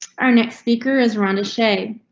our next speaker is rhonda shade.